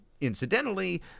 Incidentally